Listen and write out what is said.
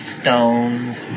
stones